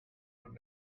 would